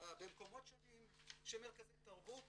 במקומות שונים, שמרכזי תרבות